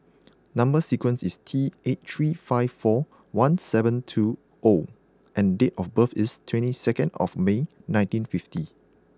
number sequence is T eight three five four one seven two O and date of birth is twenty second of May nineteen fifty